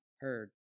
heard